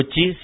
Kochi C